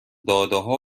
دادهها